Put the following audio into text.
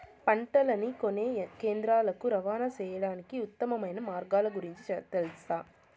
పంటలని కొనే కేంద్రాలు కు రవాణా సేయడానికి ఉత్తమమైన మార్గాల గురించి తెలుసా?